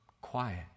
quiet